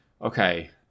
Okay